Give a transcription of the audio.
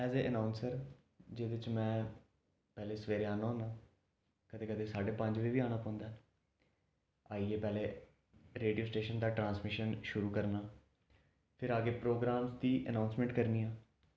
as a announcer जेह्दे च मैं पैह्ले सवेरे आन्नां होन्नां कदें कदें साड्ढे पंज बजे बी आना पौंदा आइयै पैह्ले रोडियो स्टेशन दा ट्रांसमिशन शुरू करना फेर अग्गें प्रोग्राम दी अनौंसमैंट करनियां